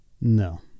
No